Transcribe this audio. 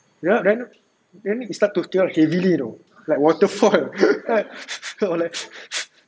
you know then then you start to tear up heavily know like waterfall like